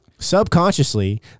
subconsciously